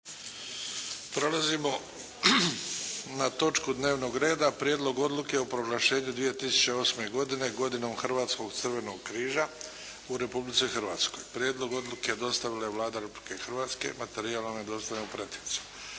Prelazimo na točku dnevnog reda - Prijedlog odluke o proglašenju 2008. godine “Godinom Hrvatskog Crvenog križa“ u Republici Hrvatskoj Prijedlog odluke dostavila je Vlada Republike Hrvatske. Materijal vam je dostavljen u pretince.